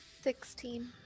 Sixteen